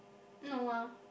no ah